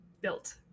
built